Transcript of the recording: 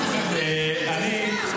אני,